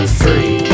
free